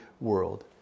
world